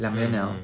mm mm